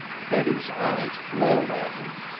betty's eyes glared at him.